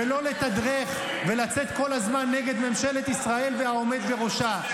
ולא לתדרך ולצאת כל הזמן נגד ממשלת ישראל והעומד בראשה.